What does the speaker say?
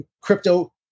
crypto